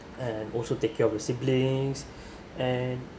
and also take care of the siblings and